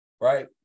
right